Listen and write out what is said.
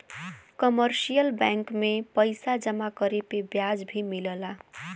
commercial bank में पइसा जमा करे पे ब्याज भी मिलला